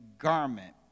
garment